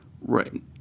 Right